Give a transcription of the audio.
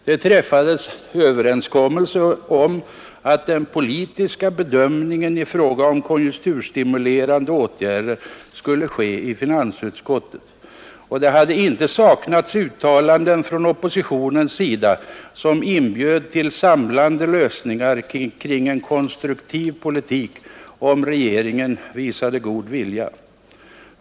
Det träffades överenskommelse om att den politiska bedömningen i fråga om konjunkturstimulerande åtgärder skulle ske i finansutskottet, och det hade inte saknats uttalanden från oppositionens sida som inbjöd till samlande lösningar kring en konstruktiv politik, om regeringen visade god vilja.